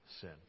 sin